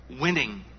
Winning